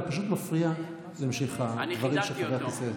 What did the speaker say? אתה פשוט מפריע להמשך הדברים של חבר הכנסת.